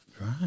Right